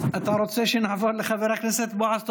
אתה רוצה שנעבור לחבר הכנסת בועז טופורובסקי?